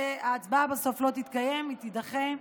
ההצבעה בסוף לא תתקיים, היא תידחה,